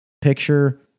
Picture